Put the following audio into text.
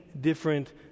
different